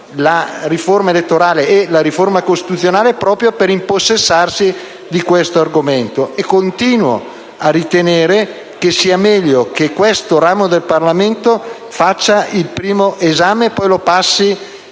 la riforma elettorale e la riforma costituzionale, proprio per impossessarsi di questo argomento. Continuo a ritenere che sia meglio che questo ramo del Parlamento faccia il primo esame e poi lo passi